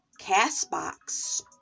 CastBox